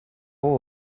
will